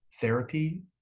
therapy